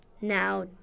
Now